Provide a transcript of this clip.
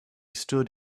stood